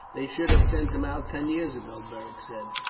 they should have sent him out ten years ago, beric said,